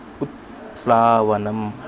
उत्प्लवनं